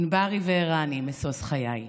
ענברי וערני, משוש חיי,